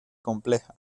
compleja